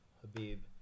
Habib